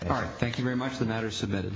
part thank you very much the matter submitted